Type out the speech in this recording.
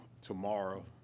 tomorrow